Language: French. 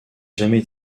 jamais